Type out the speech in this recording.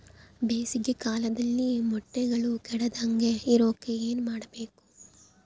ಬೇಸಿಗೆ ಕಾಲದಲ್ಲಿ ಮೊಟ್ಟೆಗಳು ಕೆಡದಂಗೆ ಇರೋಕೆ ಏನು ಮಾಡಬೇಕು?